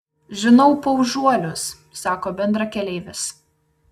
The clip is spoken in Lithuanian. žinau paužuolius sako bendrakeleivis